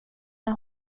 när